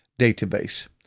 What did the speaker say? database